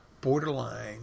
borderline